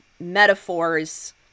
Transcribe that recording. metaphors